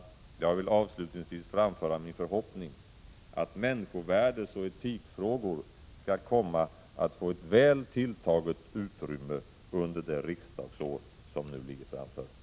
Jag vill avslutningsvis framföra min förhoppning att människovärdesoch etikfrågor skall komma att få ett väl tilltaget utrymme under det riksdagsår som nu ligger framför oss.